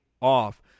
off